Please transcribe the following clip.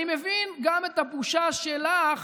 אני מבין גם את הבושה שלך